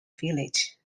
village